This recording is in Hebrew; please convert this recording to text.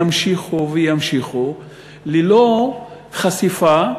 יימשכו ויימשכו ללא חשיפה,